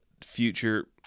future